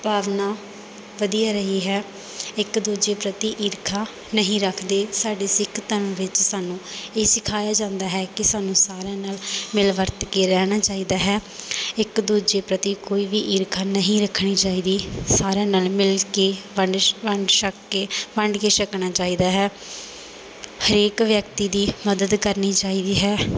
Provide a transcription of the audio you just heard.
ਭਾਵਨਾ ਵਧੀਆ ਰਹੀ ਹੈ ਇੱਕ ਦੂਜੇ ਪ੍ਰਤੀ ਈਰਖਾ ਨਹੀਂ ਰੱਖਦੇ ਸਾਡੇ ਸਿੱਖ ਧਰਮ ਵਿੱਚ ਸਾਨੂੰ ਇਹ ਸਿਖਾਇਆ ਜਾਂਦਾ ਹੈ ਕਿ ਸਾਨੂੰ ਸਾਰਿਆਂ ਨਾਲ ਮਿਲ ਵਰਤ ਕੇ ਰਹਿਣਾ ਚਾਹੀਦਾ ਹੈ ਇੱਕ ਦੂਜੇ ਪ੍ਰਤੀ ਕੋਈ ਵੀ ਈਰਖਾ ਨਹੀਂ ਰੱਖਣੀ ਚਾਹੀਦੀ ਸਾਰਿਆਂ ਨਾਲ ਮਿਲ ਕੇ ਵੰਡ ਛ ਵੰਡ ਛੱਕ ਕੇ ਵੰਡ ਕੇ ਛੱਕਣਾ ਚਾਹੀਦਾ ਹੈ ਹਰੇਕ ਵਿਅਕਤੀ ਦੀ ਮਦਦ ਕਰਨੀ ਚਾਹੀਦੀ ਹੈ